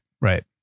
right